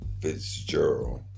Fitzgerald